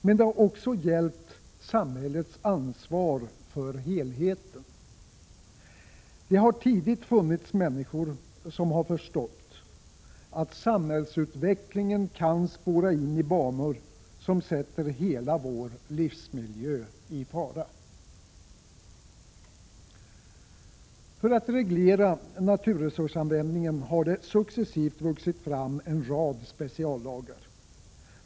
Men det har också gällt samhällets ansvar för helheten. Det har funnits människor som tidigt förstått att samhällsutvecklingen kan spåra in i banor som sätter hela vår livsmiljö i fara. För att reglera naturresursanvändningen har en rad speciallagar successivt vuxit fram.